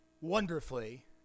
wonderfully